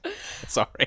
sorry